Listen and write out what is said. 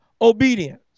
obedience